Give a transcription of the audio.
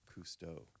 Cousteau